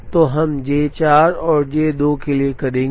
तो हम J 4 और J 2 के लिए करेंगे